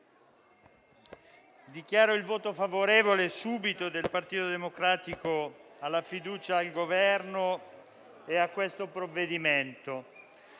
subito il voto favorevole del Partito Democratico alla fiducia al Governo e al provvedimento